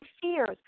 fears